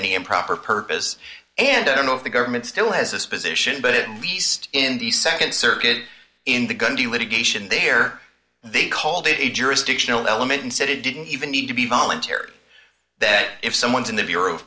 any improper purpose and i don't know if the government still has this position but at least in the nd circuit in the litigation there they called it a jurisdictional element and said it didn't even need to be voluntary that if someone's in the bureau